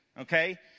Okay